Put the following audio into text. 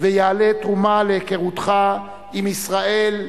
ויעלה תרומה להיכרותך עם ישראל,